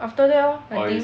after that lor I think